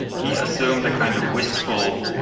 he assumed a kind of wistful,